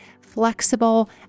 flexible